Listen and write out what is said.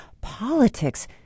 politics